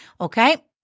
Okay